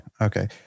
Okay